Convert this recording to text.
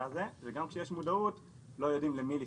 הזה וגם כשיש מודעות לא יודעים למי לפנות,